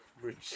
Bridge